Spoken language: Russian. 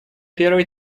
первой